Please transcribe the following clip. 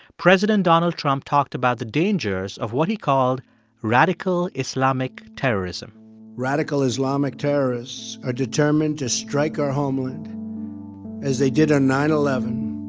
president donald trump talked about the dangers of what he called radical islamic terrorism radical islamic terrorists are determined to strike our homeland as they did on nine zero